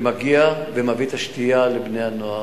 מגיע ומביא את השתייה לבני-הנוער.